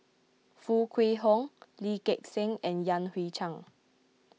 Foo Kwee Horng Lee Gek Seng and Yan Hui Chang